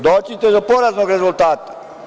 Doći će do poraznog rezultata.